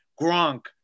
Gronk